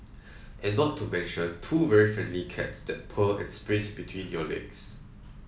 and not to mention two very friendly cats that purr and sprint between your legs